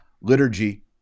liturgy